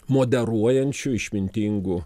moderuojančių išmintingų